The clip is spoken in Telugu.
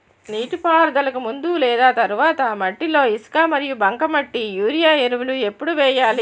నీటిపారుదలకి ముందు లేదా తర్వాత మట్టిలో ఇసుక మరియు బంకమట్టి యూరియా ఎరువులు ఎప్పుడు వేయాలి?